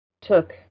took